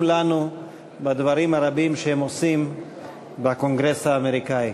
לנו בדברים הרבים שהם עושים בקונגרס האמריקני.